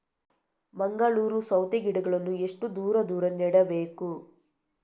ಮಂಗಳೂರು ಸೌತೆ ಗಿಡಗಳನ್ನು ಎಷ್ಟು ದೂರ ದೂರ ನೆಡಬೇಕು?